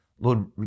Lord